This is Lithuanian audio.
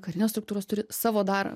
karinės struktūros turi savo dar